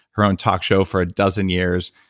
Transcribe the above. her own talk show for a dozen years,